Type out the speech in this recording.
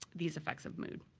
these effects of mood.